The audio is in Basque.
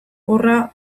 horra